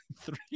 Three